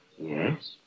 Yes